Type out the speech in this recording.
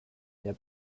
der